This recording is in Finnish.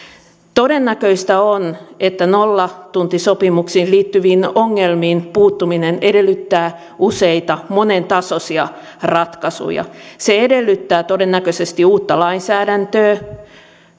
todennäköistä on että nollatuntisopimuksiin liittyviin ongelmiin puuttuminen edellyttää useita monentasoisia ratkaisuja se edellyttää todennäköisesti uutta lainsäädäntöä